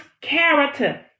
character